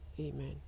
Amen